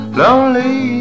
Lonely